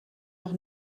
noch